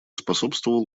способствовал